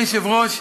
אדוני היושב-ראש,